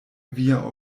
via